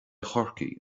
chorcaí